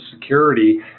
Security